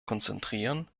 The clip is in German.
konzentrieren